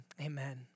Amen